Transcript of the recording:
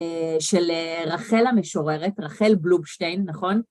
של רחל המשוררת, רחל בלובשטיין, נכון?